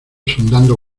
sondando